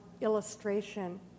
illustration